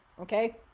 okay